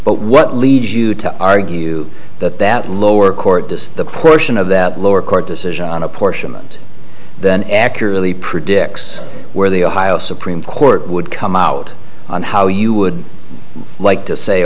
but what leads you to argue that that lower court does the portion of that lower court decision on apportionment than accurately predicts where the ohio supreme court would come out on how you would like to say